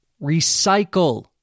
Recycle